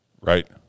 Right